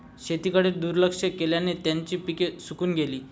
शेताकडे दुर्लक्ष केल्याने त्यांची पिके सुकून गेली